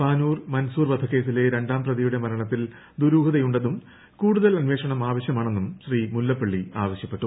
പാനൂർ മൻസൂർ വധക്കേസിലെ രണ്ടാംപ്രതിയുടെ മരണത്തിൽ ദുരൂഹതയുണ്ടെന്നും കൂടുതൽ അന്വേഷണം ആവശ്യമാണെന്നും ശ്രീ മുല്ലപ്പള്ളി ആവശ്യപ്പെട്ടു